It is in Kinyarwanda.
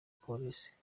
polisi